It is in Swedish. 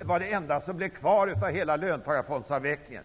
Det var det enda som blev kvar av hela löntagarfondsavvecklingen.